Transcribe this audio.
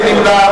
מי נמנע?